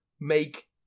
make